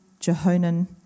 Jehonan